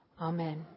Amen